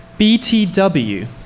BTW